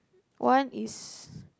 one is